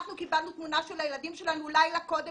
קיבלנו תמונה של הילדים שלנו מלילה קודם